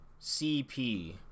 CP